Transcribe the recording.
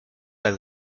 las